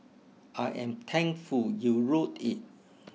I am thankful you wrote it